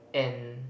and